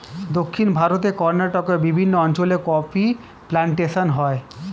দক্ষিণ ভারতে কর্ণাটকের বিভিন্ন অঞ্চলে কফি প্লান্টেশন হয়